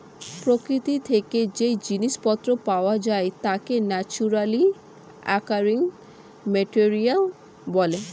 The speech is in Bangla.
প্রকৃতি থেকে যেই জিনিস পত্র পাওয়া যায় তাকে ন্যাচারালি অকারিং মেটেরিয়াল বলে